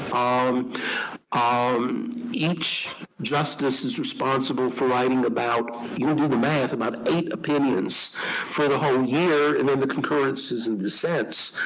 um um each justice is responsible for writing about you do the math about eight opinions for the whole year, and then the concurrences and dissents.